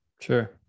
sure